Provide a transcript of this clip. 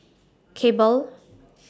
Cable